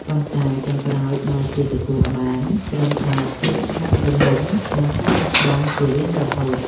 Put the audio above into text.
ប៉ុន្តែចុងក្រោយបែរជាទទួលបានត្រឹមតែភាពស្ងាត់ជ្រងំ និងការបាត់បង់ជារៀងរហូត។